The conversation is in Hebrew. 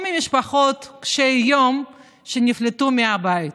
או ממשפחות קשות יום שנפלטו מהבית.